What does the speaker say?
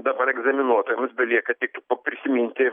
dabar egzaminuotojams belieka tik prisiminti